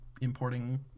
importing